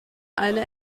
eine